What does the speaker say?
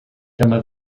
dyma